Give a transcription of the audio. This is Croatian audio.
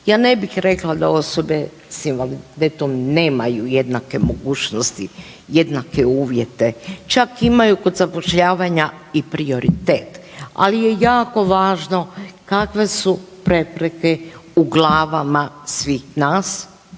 ja ne bih rekla da osobe s invaliditetom nemaju jednake mogućnosti, jednake uvjete čak imaju kod zapošljavanja i prioritet, ali je jako važno kakve su prepreke u glavama svih nas